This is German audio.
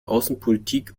außenpolitik